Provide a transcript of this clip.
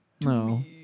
No